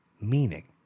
meaning